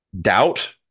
doubt